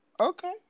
Okay